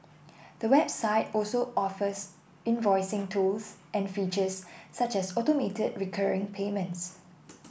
the website also offers invoicing tools and features such as automated recurring payments